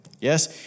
Yes